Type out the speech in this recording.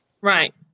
Right